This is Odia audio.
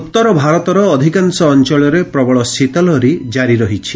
ଉତ୍ତର ଭାରତର ଅଧିକାଂଶ ଅଞ୍ଚଳରେ ପ୍ରବଳ ଶୀତ ଲହରୀ ଜାରି ରହିଛି